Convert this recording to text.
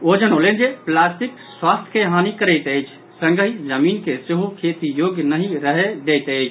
ओ जनौलनि जे प्लास्टिक स्वास्थ्य के हानि करैत अछि संगहि जमीन के सेहो खेतीक योग्य नहि रहय दैत अछि